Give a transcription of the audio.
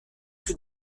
que